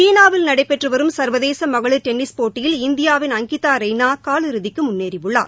சீனாவில் நடைபெற்று வரும் சர்வதேச மகளிர் டென்னிஸ் போட்டியில் இந்தியாவின் அங்கிதா ரெய்னா காலிறுதிக்கு முன்னேறியுள்ளார்